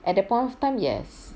at that point of time yes